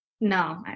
No